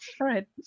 right